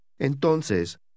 Entonces